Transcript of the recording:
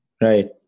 Right